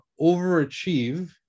overachieve